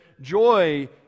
joy